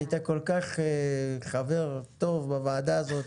היית חבר כל כך טוב בוועדה הזאת,